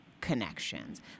connections